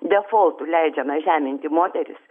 defoltu leidžiama žeminti moteris